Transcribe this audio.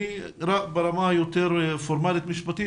ברמה היותר פורמלית משפטית,